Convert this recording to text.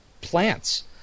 plants